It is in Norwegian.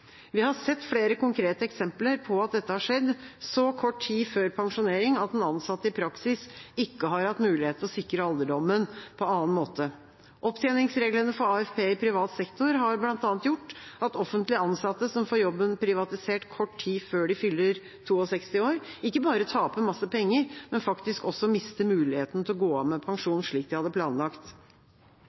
Vi har sett flere konkrete eksempler på at dette har skjedd så kort tid før pensjonering at den ansatte i praksis ikke har hatt mulighet til å sikre alderdommen på annen måte. Opptjeningsreglene for AFP i privat sektor har bl.a. gjort at offentlig ansatte som får jobben privatisert kort tid før de fyller 62 år, ikke bare taper masse penger, men faktisk også mister muligheten til å gå av med pensjon, slik de hadde planlagt.